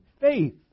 faith